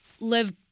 live